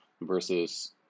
versus